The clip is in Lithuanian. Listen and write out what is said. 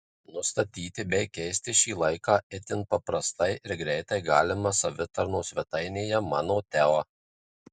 nustatyti bei keisti šį laiką itin paprastai ir greitai galima savitarnos svetainėje mano teo